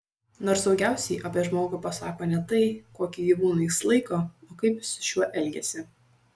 nors daugiausiai apie žmogų pasako ne tai kokį gyvūną jis laiko o kaip jis su šiuo elgiasi